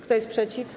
Kto jest przeciw?